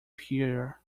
peer